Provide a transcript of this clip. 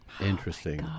Interesting